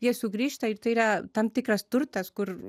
jie sugrįžta ir tai yra tam tikras turtas kur